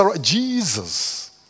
Jesus